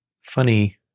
funny